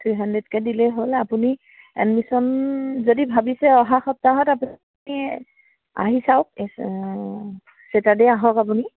three হাণ্ড্ৰেডকৈ দিলেই হ'ল আপুনি এডমিশ্যন যদি ভাবিছে অহা সপ্তাহত আপুনি আহি চাওক ছেটাৰ্ডে' আহক আপুনি